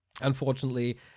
Unfortunately